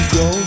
go